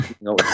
No